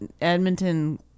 Edmonton